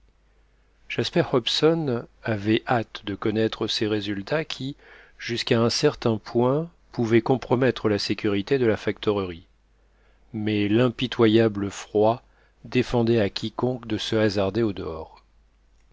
jasper hobson avait hâte de connaître ces résultats qui jusqu'à un certain point pouvaient compromettre la sécurité de la factorerie mais l'impitoyable froid défendait à quiconque de se hasarder